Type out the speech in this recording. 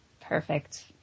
Perfect